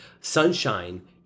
sunshine